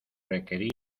requerí